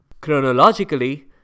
Chronologically